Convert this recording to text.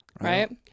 Right